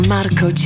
Marco